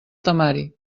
temari